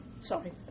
Sorry